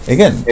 Again